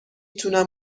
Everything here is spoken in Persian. تونم